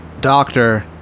doctor